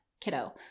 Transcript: kiddo